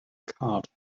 card